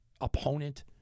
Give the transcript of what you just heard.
opponent